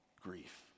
Grief